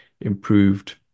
improved